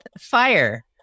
Fire